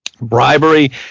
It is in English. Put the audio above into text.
bribery